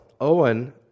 Owen